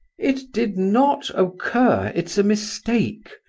it did not occur it's a mistake!